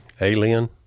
Alien